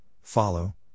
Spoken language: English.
follow